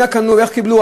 ממי קנו ואיך קיבלו.